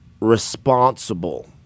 responsible